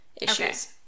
issues